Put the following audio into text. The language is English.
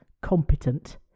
competent